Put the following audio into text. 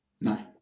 No